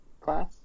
class